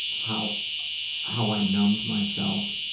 how how i numbed myself.